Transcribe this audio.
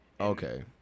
Okay